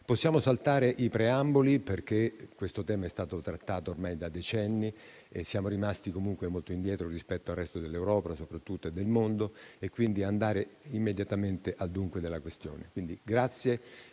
Possiamo saltare i preamboli perché questo tema è stato trattato ormai da decenni e siamo rimasti molto indietro rispetto al resto dell'Europa soprattutto, e del mondo. Andiamo quindi al cuore della questione. Ringrazio